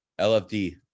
LFD